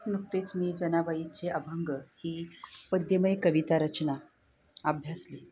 नुकतेच मी जनाबाईचे अभंग ही पद्यमय कविता रचना अभ्यासली